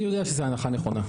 אני יודע שזו הנחה נכונה,